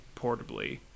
portably